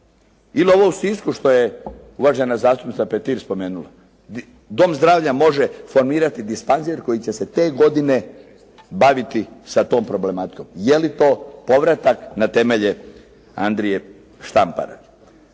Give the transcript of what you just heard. Ili ovo u Sisku što je uvažena zastupnica Petir spomenula. Dom zdravlja može formirati dispanzir koji će se te godine baviti sa tom problematikom. Je li to povratak na temelje Andrije Štampara?